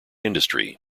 industry